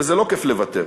וזה לא כיף לוותר,